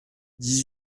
dix